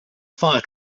fire